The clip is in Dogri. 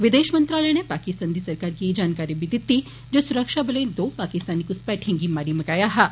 विदेश मंत्रालय नै पाकिस्तान गी एह् जानकारी बी दिती जे सुरक्षाबलें दो पाकिस्तानी घुसपैठिएं गी मारी मकाया हा